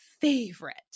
favorite